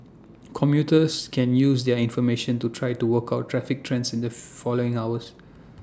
commuters can use their information to try to work out traffic trends in the following hours